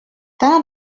täna